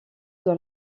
dans